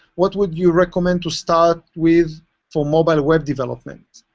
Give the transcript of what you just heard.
what would you recommend to start with for mobile web development?